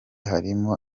harimo